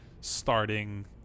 starting